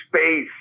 space